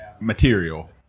material